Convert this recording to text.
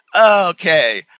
Okay